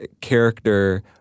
character